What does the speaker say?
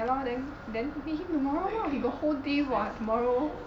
ya lah then then meet him tomorrow lah he got the whole day [what] tomorrow